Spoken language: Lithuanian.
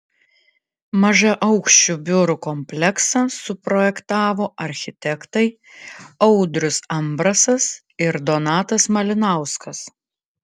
mažaaukščių biurų kompleksą suprojektavo architektai audrius ambrasas ir donatas malinauskas